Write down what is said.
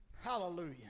Hallelujah